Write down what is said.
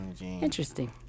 Interesting